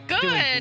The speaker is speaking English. Good